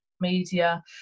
media